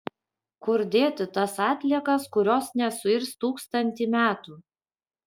kur dėti tas atliekas kurios nesuirs tūkstantį metų